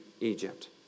Egypt